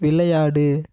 விளையாடு